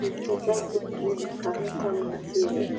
Mchezaji amemkamata mwenziye